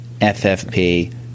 FFP